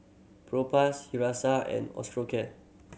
Propass and Osteocare